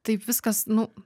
taip viskas nu